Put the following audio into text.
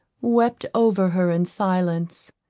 wept over her in silence.